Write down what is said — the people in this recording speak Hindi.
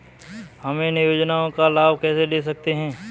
हम इन योजनाओं का लाभ कैसे ले सकते हैं?